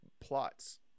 plots